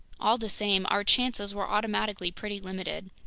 all the same, our chances were automatically pretty limited.